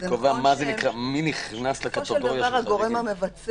מי קובע מי נכנס לקטגוריה של החריגים?